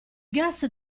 gas